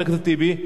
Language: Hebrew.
חבר הכנסת טיבי,